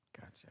gotcha